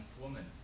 woman